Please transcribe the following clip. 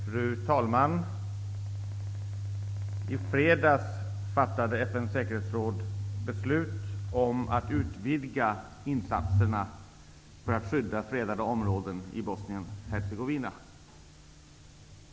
Fru talman! I fredags fattade FN:s säkershetsråd beslut om att utvidga insatserna för att skydda fredade områden i Bosnien--Hercegovina.